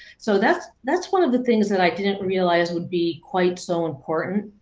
so that's that's one of the things that i didn't realize would be quite so important.